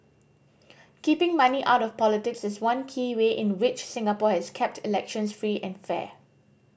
keeping money out of politics is one key way in which Singapore has kept elections free and fair